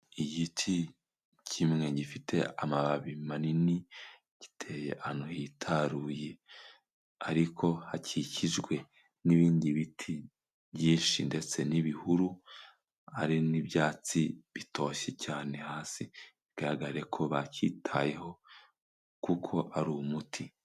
Igiti kimwe gifite amababi manini giteye ahantu hitaruye ariko hakikijwe n'ibindi biti byinshi ndetse n'ibihuru hari n'ibyatsi bitoshye cyane hasi bigaragare ko bacyitayeho kuko ari umuti.